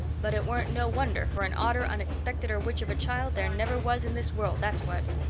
but it weren't no wonder, for an odder, unexpecteder witch of a child there never was in this world, that's what.